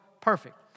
perfect